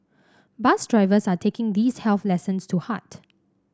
bus drivers are taking these health lessons to heart